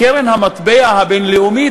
קרן המטבע הבין-לאומית,